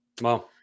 Wow